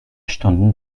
stunden